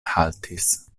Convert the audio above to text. haltis